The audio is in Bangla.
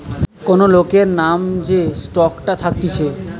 কোন লোকের নাম যে স্টকটা থাকতিছে